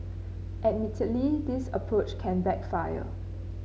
admittedly this approach can backfire